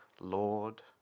lord